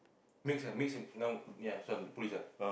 mix eh mix i~ now ya this one police ah